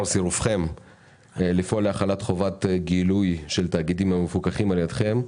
סירובכם לפעול להחלת חובת גילוי של תאגידים המפוקחים על ידכם,